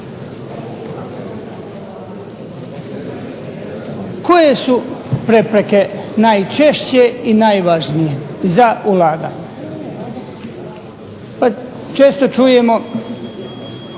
Koje su prepreke najčešće i najvažnije za ulaganje? Često čujemo